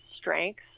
strengths